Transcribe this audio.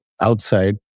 outside